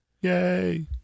Yay